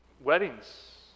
Weddings